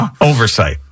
oversight